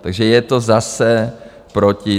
Takže je to zase proti.